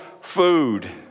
food